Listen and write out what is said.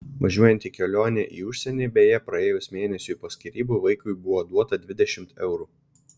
važiuojant į kelionę į užsienį beje praėjus mėnesiui po skyrybų vaikui buvo duota dvidešimt eurų